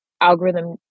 algorithm